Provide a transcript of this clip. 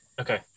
Okay